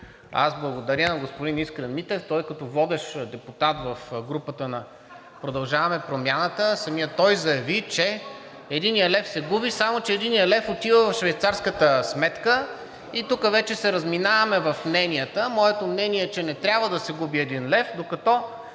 Аз благодаря на господин Искрен Митев, като водещ депутат в групата на „Продължаваме Промяната“, самият той заяви, че един лев се губи, само че един лев отива в швейцарската сметка и тук вече се разминаваме в мненията. Моето мнение е, че не трябва да се губи един лев, докато